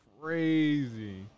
crazy